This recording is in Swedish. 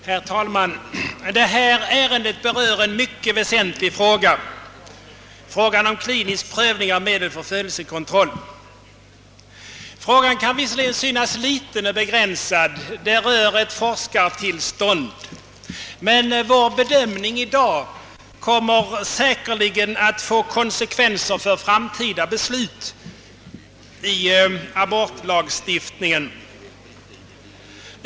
Herr talman! Detta ärende berör en mycket väsentlig fråga, klinisk prövning av medel för födelsekontroll. Frågan kan wisserligen synas liten och begränsad — ett forskningstillstånd — men vår bedömning i dag kommer säkert att få konsekvenser för framtida beslut beträffande abortlagstiftningen.